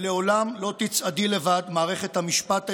לעולם לא תצעדי לבד, מערכת המשפט הישראלית,